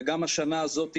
גם השנה הזאת,